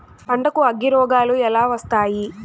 పంటకు అగ్గిరోగాలు ఎలా వస్తాయి?